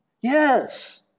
Yes